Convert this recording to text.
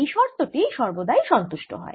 এই শর্ত টি সর্বদাই সন্তুষ্ট হয়